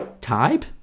Type